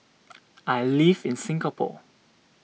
I live in Singapore